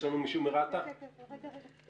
אדוני היושב-ראש.